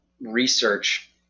research